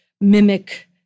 mimic